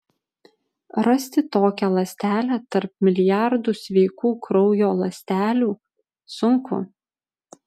rasti tokią ląstelę tarp milijardų sveikų kraujo ląstelių sunku